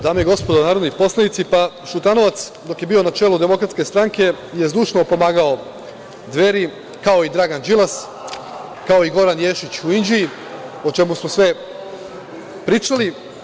Dame i gospodo narodni poslanici, pa Šutanovac dok je bio na čelu DS je zdušno pomagao Dveri, kao i Dragan Đilas, kao i Goran Ješić u Inđiji, o čemu smo sve pričali.